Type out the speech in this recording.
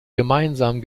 gemeinsam